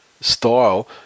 style